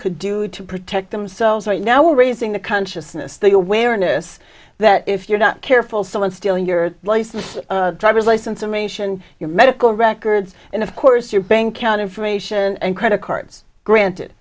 could do to protect themselves right now we're raising the consciousness the awareness that if you're not careful someone stealing your license driver's license or mation your medical records and of course your bank account information and credit cards granted